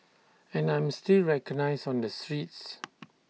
and I'm still recognised on the streets